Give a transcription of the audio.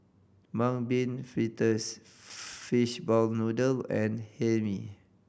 Mung Bean Fritters fishball noodle and Hae Mee